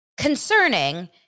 concerning